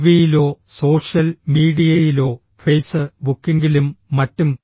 ടിവിയിലോ social മീഡിയയിലോ ഫെയ്സ് ബുക്കിംഗിലും മറ്റും